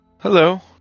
Hello